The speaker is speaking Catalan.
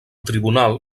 tribunal